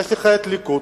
יש לך הליכוד,